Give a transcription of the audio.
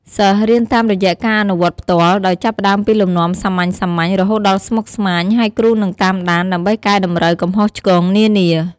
សិស្សរៀនតាមរយៈការអនុវត្តផ្ទាល់ ដោយចាប់ផ្តើមពីលំនាំសាមញ្ញៗ រហូតដល់ស្មុគស្មាញ ហើយគ្រូនឹងតាមដាន ដើម្បីកែតម្រូវកំហុសឆ្គងនានា។